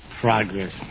Progress